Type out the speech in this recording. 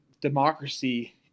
democracy